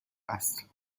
است